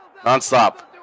nonstop